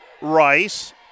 Rice